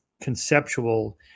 conceptual